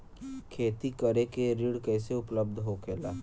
खेती करे के ऋण कैसे उपलब्ध होखेला?